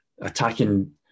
Attacking